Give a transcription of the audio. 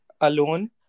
alone